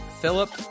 Philip